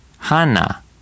Hana